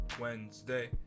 Wednesday